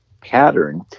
pattern